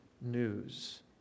news